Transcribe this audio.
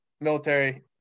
military